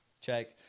check